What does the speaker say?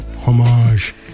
homage